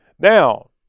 Now